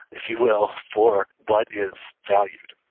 if you will, for what is value.